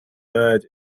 third